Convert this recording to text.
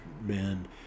men